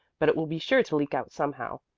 but it will be sure to leak out somehow.